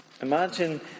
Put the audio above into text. Imagine